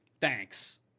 thanks